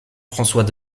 françois